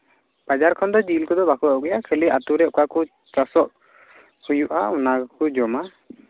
ᱵᱟᱡᱟᱨ ᱠᱷᱚᱱ ᱫᱚ ᱡᱤᱞ ᱠᱚᱫᱚ ᱵᱟᱠᱚ ᱟᱹᱜᱩᱭᱟ ᱠᱷᱟᱹᱞᱤ ᱟᱹᱛᱩ ᱨᱮ ᱚᱠᱟ ᱠᱚ ᱪᱟᱥᱚᱜ ᱦᱩᱭᱩᱜᱼᱟ ᱚᱱᱟ ᱜᱮᱠᱚ ᱡᱚᱢᱟ